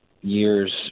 years